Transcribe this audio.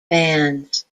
bands